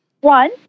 One